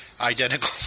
identical